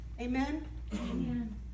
Amen